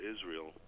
Israel